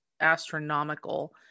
astronomical